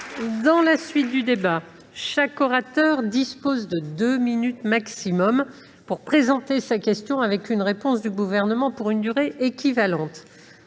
Je rappelle que chaque orateur dispose de deux minutes au maximum pour présenter sa question, avec une réponse du Gouvernement pour une durée équivalente.